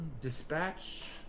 dispatch